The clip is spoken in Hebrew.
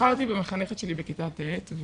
בחרתי במחנכת שלי בכיתה ט'.